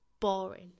boring